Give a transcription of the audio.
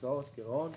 הוצאות גירעון.